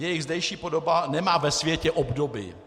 Jejich zdejší podoba nemá ve světě obdoby.